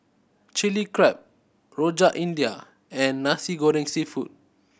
Chilli Crab Rojak India and Nasi Goreng Seafood